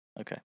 Okay